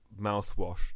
mouthwash